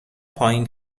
پایین